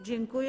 Dziękuję.